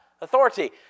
Authority